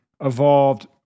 evolved